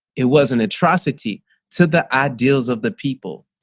it was an atrocity to the ideals of the people.